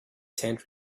tent